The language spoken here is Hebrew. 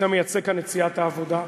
אתה מייצג כאן את סיעת העבודה,